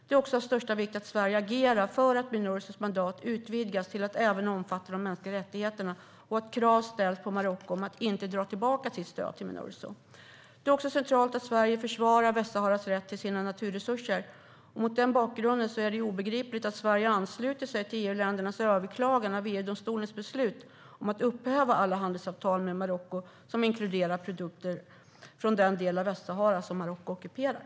Det är av största vikt att Sverige agerar för att Minursos mandat ska utvidgas till att även omfatta de mänskliga rättigheterna och att krav ställs på Marocko om att man inte ska dra tillbaka sitt stöd till Minurso. Det är också centralt att Sverige försvarar Västsaharas rätt till sina naturresurser. Mot den bakgrunden är det obegripligt att Sverige anslutit sig till EU-ländernas överklagan av EU-domstolens beslut om att upphäva alla handelsavtal med Marocko som inkluderar produkter från den del av Västsahara som Marocko ockuperar.